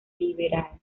liberal